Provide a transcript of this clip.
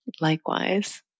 Likewise